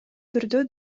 түрдө